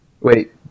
Wait